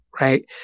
right